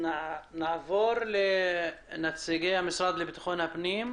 נעבור לנציגי המשרד לביטחון הפנים.